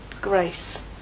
grace